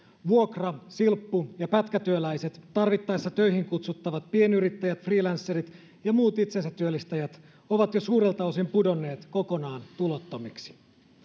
vuokra silppu ja pätkätyöläiset tarvittaessa töihin kutsuttavat pienyrittäjät freelancerit ja muut itsensätyöllistäjät ovat jo suurelta osin pudonneet kokonaan tulottomiksi